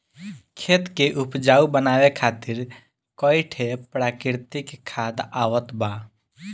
खेत के उपजाऊ बनावे खातिर कई ठे प्राकृतिक खाद आवत बा